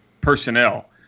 personnel